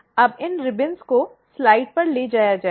अब इन रिबन को स्लाइड पर ले जाया जाएगा